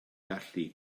gallu